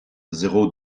zéro